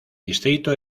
distrito